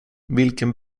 vilken